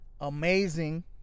amazing